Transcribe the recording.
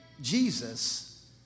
Jesus